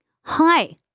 Hi